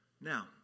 Now